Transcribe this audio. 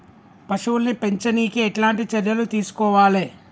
పశువుల్ని పెంచనీకి ఎట్లాంటి చర్యలు తీసుకోవాలే?